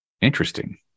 Interesting